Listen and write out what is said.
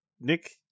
Nick